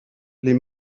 les